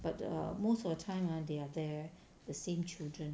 but err most of the time ah they are there the same children